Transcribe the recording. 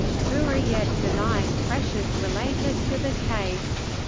hurriyet denied pressures related to the case.